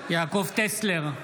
יעקב טסלר,